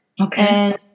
Okay